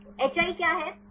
hi क्या है